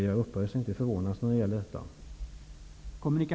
Jag upphör inte att förvånas när det gäller detta.